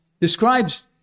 describes